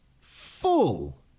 full